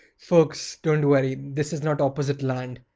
folks, don't worry. this is not opposite land.